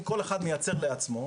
אם כל אחד מייצר בעצמו,